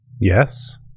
Yes